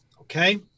okay